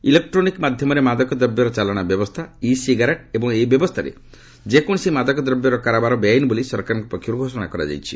electronic ମାଧ୍ୟମରେ ମାଦକ ଦ୍ରବ୍ୟର ଚାଲାଣ ବ୍ୟବସ୍ଥା ଇ ସିଗାରେଟ୍ ଏବଂ ଏହି ବ୍ୟବସ୍ଥାରେ ଯେକୌଣସି ମାଦକଦ୍ରବ୍ୟର କାରବାର ବେଆଇନ ବୋଲି ସରକାରଙ୍କ ପକ୍ଷର୍ ଘୋଷଣା କରାଯାଇଛି